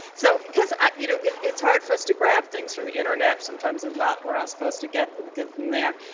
so because, you know, it's hard for us to grab things from the internet. sometimes there's not we're not supposed to get them from there.